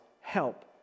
help